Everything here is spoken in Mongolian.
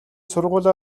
сургуулиа